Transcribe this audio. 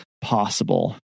possible